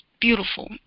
beautiful